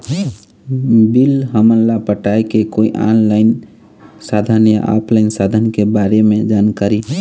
Bill हमन ला पटाए के कोई ऑनलाइन साधन या ऑफलाइन साधन के बारे मे जानकारी?